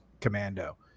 commando